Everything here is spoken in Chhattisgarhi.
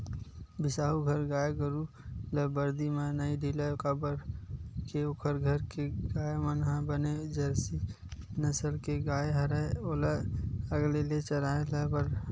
बिसाहू घर गाय गरु ल बरदी म नइ ढिलय काबर के ओखर घर के गाय मन ह बने जरसी नसल के गाय हरय ओला अलगे ले चराय बर होथे